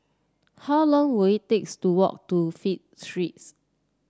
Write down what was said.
how long will it takes to walk to Flint Street